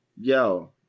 Yo